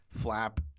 flap